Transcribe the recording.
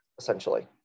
essentially